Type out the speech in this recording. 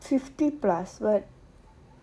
fifty plus [what]